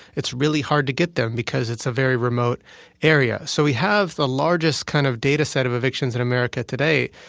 it's really hard to get them because it's a very remote area. so we have the largest kind of data set of evictions in america today,